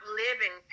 living